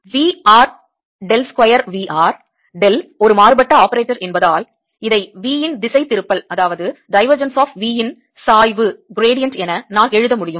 V r del square V r del ஒரு மாறுபட்ட operator என்பதால் இதை V இன் திசைதிருப்பல் V இன் சாய்வு என நான் எழுத முடியும்